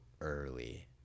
early